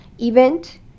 event